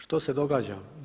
Što se događa?